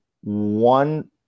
one